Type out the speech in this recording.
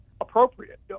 appropriate